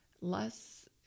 less